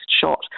shot